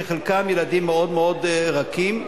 שחלקם ילדים מאוד מאוד רכים.